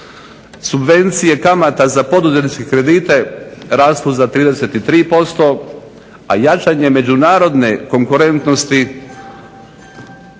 subvencije kamata za poduzetničke kredite rastu za 33%, a jačanje međunarodne konkurentnosti